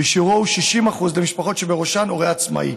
ושיעורו הוא 60% למשפחות שבראשן הורה עצמאי.